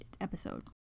episode